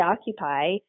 occupy